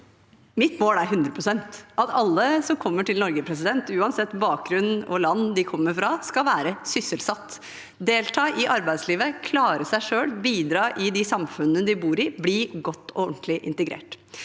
pst. – at alle som kommer til Norge, uansett bakgrunn og hvilket land de kommer fra, skal være sysselsatt, delta i arbeidslivet, klare seg selv, bidra i de samfunnene de bor i, og bli godt og ordentlig integrert.